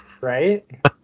right